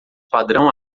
padrão